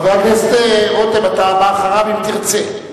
חבר הכנסת רותם, אתה הבא אחריו, אם תרצה.